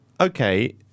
Okay